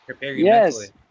Yes